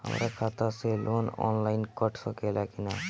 हमरा खाता से लोन ऑनलाइन कट सकले कि न?